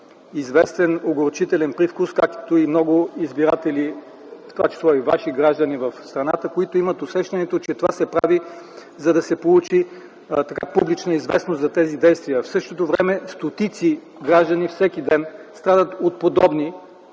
известен огорчителен привкус, както и много избиратели, в това число и ваши избиратели от страната, които имат усещането, че това се прави, за да се получи публична известност за тези действия. В същото време стотици граждани всеки ден страдат от подобни